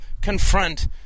confront